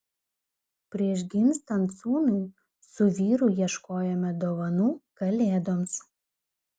prieš gimstant sūnui su vyru ieškojome dovanų kalėdoms